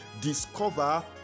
discover